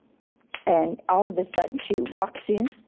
and all of a sudden she walks in,